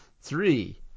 three